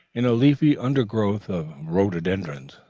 in a leafy undergrowth of rhododendrons.